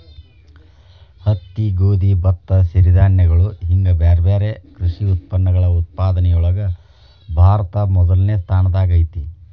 ಹತ್ತಿ, ಗೋಧಿ, ಭತ್ತ, ಸಿರಿಧಾನ್ಯಗಳು ಹಿಂಗ್ ಬ್ಯಾರ್ಬ್ಯಾರೇ ಕೃಷಿ ಉತ್ಪನ್ನಗಳ ಉತ್ಪಾದನೆಯೊಳಗ ಭಾರತ ಮೊದಲ್ನೇ ಸ್ಥಾನದಾಗ ಐತಿ